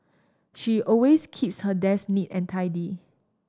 she always keeps her desk neat and tidy